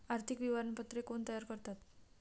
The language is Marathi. आर्थिक विवरणपत्रे कोण तयार करतात?